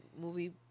movie